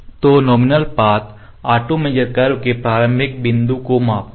तो nominal path auto major curve के प्रारंभिक बिंदु को मापता है